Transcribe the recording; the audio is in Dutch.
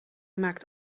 maakt